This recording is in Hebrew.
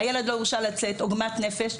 הילד לא הורשה לצאת, עוגמת נפש.